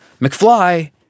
McFly